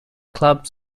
clubs